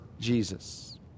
Jesus